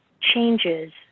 changes